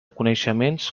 coneixements